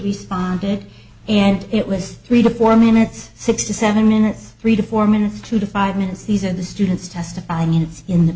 responded and it was three to four minutes six to seven minutes three to four minutes two to five minutes these are the students testify minutes in the